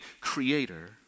creator